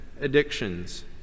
addictions